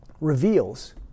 reveals